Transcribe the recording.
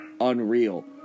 unreal